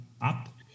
up